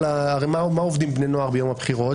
הרי במה עובדים בני נוער ביום הבחירות?